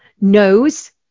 knows